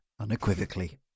unequivocally